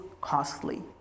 costly